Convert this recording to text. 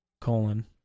colon